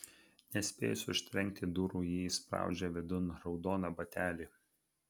nespėjus užtrenkti durų ji įspraudžia vidun raudoną batelį